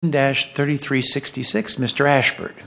dash thirty three sixty six mr ashford